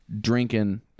drinking